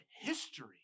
history